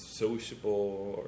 sociable